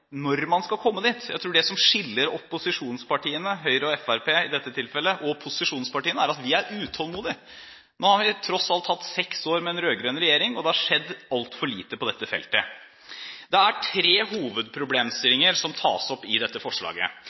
når man skal komme dit. Jeg tror at det som skiller opposisjonspartiene, Høyre og Fremskrittspartiet i dette tilfellet, og posisjonspartiene, er at vi er utålmodige. Nå har vi tross alt hatt seks år med en rød-grønn regjering, og det har skjedd altfor lite på dette feltet. Det er tre hovedproblemstillinger som tas opp i dette forslaget.